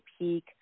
peak